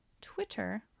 Twitter